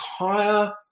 entire